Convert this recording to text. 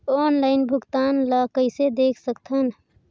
Online भुगतान ल कइसे देख सकथन?